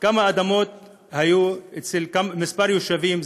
לכמה אדמות היו בכמה יישובים ערביים,